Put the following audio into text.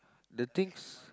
the things